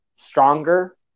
stronger